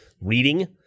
reading